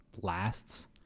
lasts